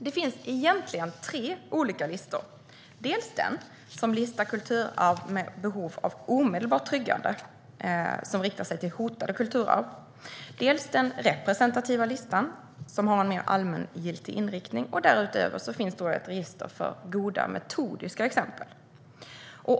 Det finns egentligen tre olika listor: dels den som listar kulturarv med behov av omedelbart tryggande och som riktar sig mot hotade kulturarv, dels den representativa listan, som har en mer allmängiltig inriktning, och därutöver ett register över goda metodiska exempel.